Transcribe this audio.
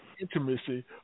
intimacy